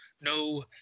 No